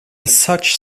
such